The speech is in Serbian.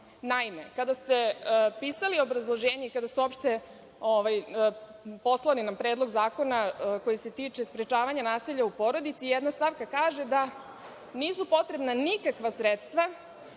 Naime, kada ste pisali obrazloženje, kada ste nam uopšte poslali Predlog zakona koji se tiče sprečavanja nasilja u porodici, jedna stavka kaže da nisu potrebna nikakva sredstva